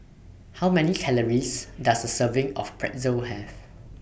How Many Calories Does A Serving of Pretzel Have